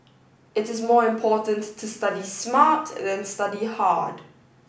it is more important to study smart than study hard